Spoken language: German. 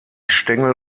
stängel